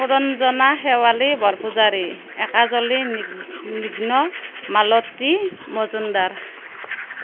সুৰঞ্জনা শেৱালী বৰপূজাৰী একাজলি নি নিগ্ন মালতী মজুমদাৰ